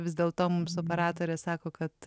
vis dėlto mums operatorė sako kad